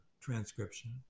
transcription